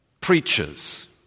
preachers